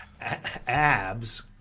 abs